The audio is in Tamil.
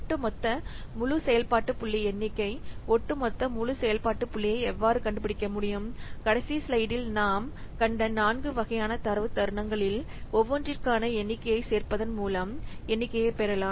ஒட்டுமொத்த முழு செயல்பாட்டு புள்ளி எண்ணிக்கை ஒட்டுமொத்த முழு செயல்பாட்டு புள்ளியை எவ்வாறு கண்டுபிடிக்க முடியும் கடைசி ஸ்லைடில் நாம் கண்ட 4 வகையான தரவு தருணங்களில் ஒவ்வொன்றிற்கான எண்ணிக்கையைச் சேர்ப்பதன் மூலம் எண்ணிக்கையை பெறலாம்